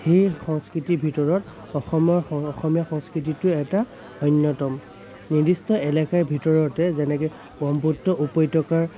এই সংস্কৃতিৰ ভিতৰত অসমৰ অ অসমীয়া সংস্কৃতিটো এটা অন্যতম নিৰ্দিষ্ট এলেকাৰ ভিতৰতে যেনেকৈ ব্ৰক্ষ্মপুত্ৰ উপত্যকাৰ